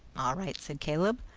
all right, said caleb.